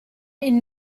ihn